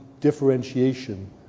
differentiation